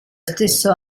stesso